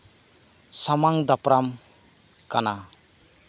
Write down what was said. ᱥᱟᱢᱟᱝ ᱫᱟᱯᱨᱟᱢ ᱠᱟᱱᱟ